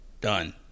Done